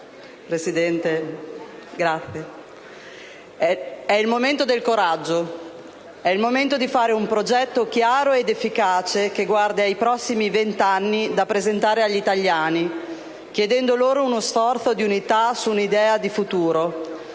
cosa da dire: è il momento del coraggio! È il momento di fare un progetto chiaro ed efficace che guardi ai prossimi vent'anni da presentare agli italiani, chiedendo loro uno sforzo di unità su un'idea di futuro.